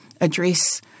address